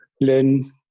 learn